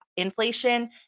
inflation